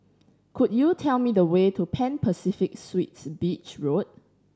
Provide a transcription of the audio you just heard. could you tell me the way to Pan Pacific Suites Beach Road